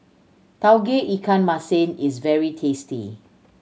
Tauge Ikan Masin is very tasty